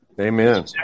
Amen